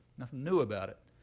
nothing new about it.